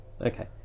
Okay